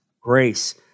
grace